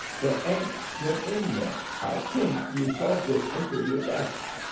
they ain't been in yet i t'ink ye shoved it inter yer desk.